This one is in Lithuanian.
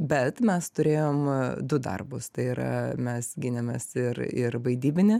bet mes turėjom du darbus tai yra mes gynėmės ir ir vaidybinį